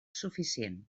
suficient